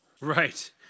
Right